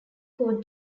court